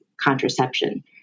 contraception